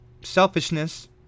selfishness